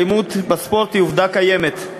אלימות בספורט היא עובדה קיימת,